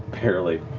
barely.